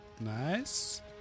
Nice